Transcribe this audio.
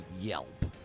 yelp